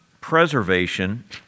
preservation